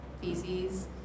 feces